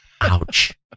Ouch